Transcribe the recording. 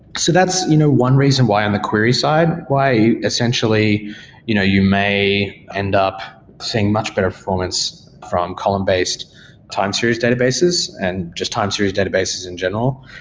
so that's you know one reason why on the query side why essentially you know you may end up seeing much better performance from column-based time series databases and just time series databases in general.